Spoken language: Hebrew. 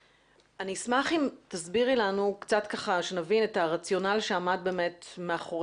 אשמח אם תסבירי לנו כדי שנבין את הרציונל שעמד מאחורי